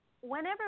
whenever